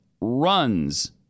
runs